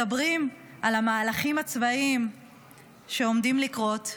מדברים על המהלכים הצבאיים שעומדים לקרות,